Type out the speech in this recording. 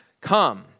Come